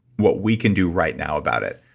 what we can do right now about it,